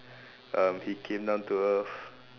um he came down to earth